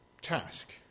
task